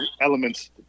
elements